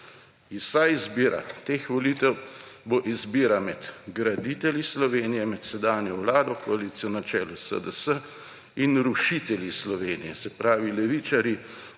Vsa izbira teh volitev bo izbira med graditelji Slovenije, med sedanjo vlado, koalicijo na čelu s SDS, in rušitelji Slovenije ‒ se pravi levičarji